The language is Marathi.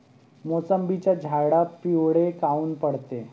मोसंबीचे झाडं पिवळे काऊन पडते?